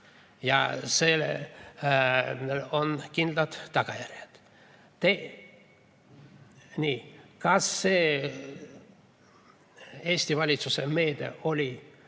ja sellel on kindlad tagajärjed. Nii. Kas Eesti valitsuse meede oli